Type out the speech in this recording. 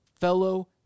fellow